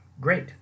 Great